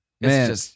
Man